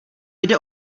jde